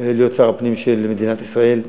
להיות שר הפנים של מדינת ישראל,